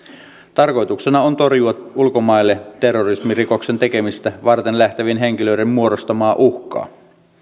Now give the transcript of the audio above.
tarkoituksena on torjua ulkomaille terrorismirikoksen tekemistä varten lähtevien henkilöiden muodostamaa uhkaa